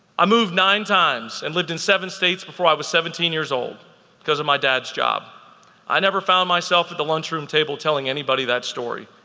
i moved nine times and lived in seven states before i was seventeen years old because of my dad's i never found myself at the lunchroom table telling anybody that story.